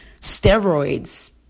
steroids